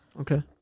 Okay